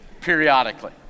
periodically